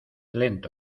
lento